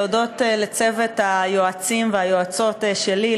להודות לצוות היועצות והיועצים שלי,